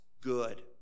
good